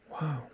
Wow